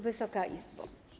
Wysoka Izbo!